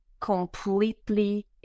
completely